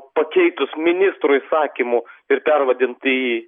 pakeitus ministro įsakymu ir pervadint į